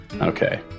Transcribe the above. okay